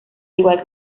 igual